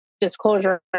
disclosure